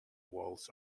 walls